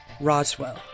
Roswell